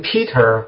Peter